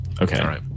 Okay